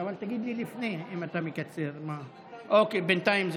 התשפ"א 2021. המסתייגים,